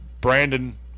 brandon